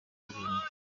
guhunga